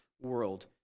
world